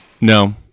no